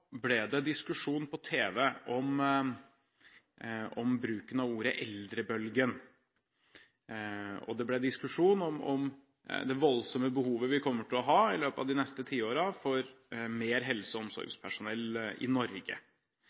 ble det diskusjon på tv om bruken av ordet «eldrebølgen». Det ble diskusjon om det voldsomme behovet vi kommer til å ha i løpet av de neste tiårene for mer helse- og omsorgspersonell i Norge.